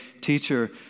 teacher